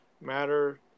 Matter